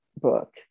book